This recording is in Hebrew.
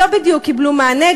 לא בדיוק קיבלו מענה,